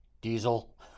Diesel